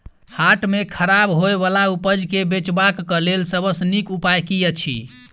हाट मे खराब होय बला उपज केँ बेचबाक क लेल सबसँ नीक उपाय की अछि?